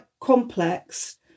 complex